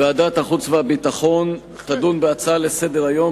ועדת החוץ והביטחון תדון בהצעה לסדר-היום